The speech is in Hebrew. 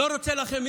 לא רוצה לומר לכם,